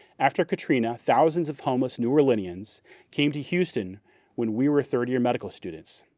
after katrina thousands of homeless new orleanians came to houston when we were third-year medical students.